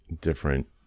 different